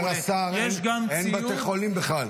יש גם ציוד ------ אומר השר שאין בתי חולים בכלל.